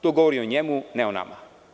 To govori o njemu, a ne o nama.